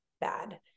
bad